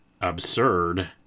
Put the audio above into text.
absurd